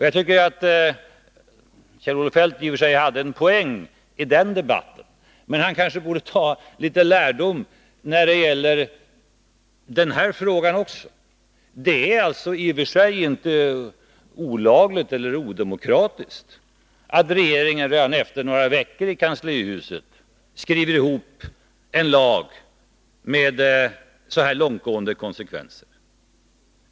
Jag tycker att Kjell-Olof Feldt i och för sig hade en poäng i den debatten, men han kanske borde ta litet lärdom när det gäller den här frågan också. Det är alltså i och för sig inte olagligt eller odemokratiskt att regeringen redan efter några veckor i kanslihuset skriver ihop en lag med så här långtgående konsekvenser.